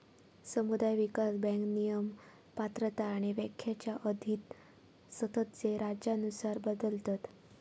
समुदाय विकास बँक नियम, पात्रता आणि व्याख्येच्या अधीन असतत जे राज्यानुसार बदलतत